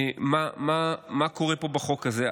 מה קורה פה בחוק הזה.